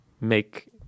make